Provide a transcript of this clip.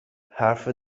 حرف